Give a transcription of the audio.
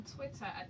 Twitter